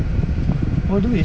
tu ah